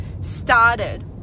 started